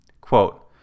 Quote